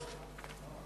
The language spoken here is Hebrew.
לא.